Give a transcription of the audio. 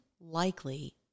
likely